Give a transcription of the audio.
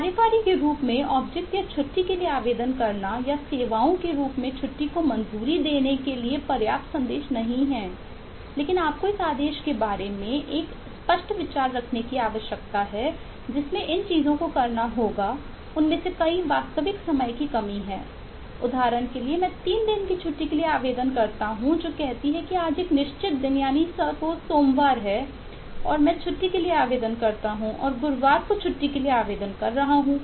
कार्यकारी के रूप में ऑब्जेक्ट या छुट्टी के लिए आवेदन करने या सेवाओं के रूप में छुट्टी को मंजूरी देने के लिए पर्याप्त संदेश नहीं है लेकिन आपको उस आदेश के बारे में एक स्पष्ट विचार रखने की आवश्यकता है जिसमें इन चीजों को करना होगा उनमें से कई वास्तविक समय की कमी है उदाहरण के लिए मैं 3 दिन की छुट्टी के लिए आवेदन करता हूं जो कहती है कि आज एक निश्चित दिन सोमवार है और मैं छुट्टी के लिए आवेदन करता हूं और गुरुवार को छुट्टी के लिए आवेदन कर रहा हूं